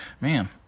Man